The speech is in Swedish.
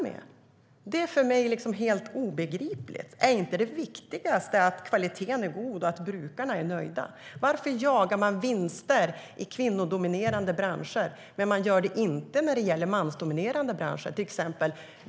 Det är för mig helt obegripligt. Är inte det viktigaste att kvaliteten är god och att brukarna är nöjda? Varför jagar man vinster i kvinnodominerade branscher men inte i mansdominerade branscher?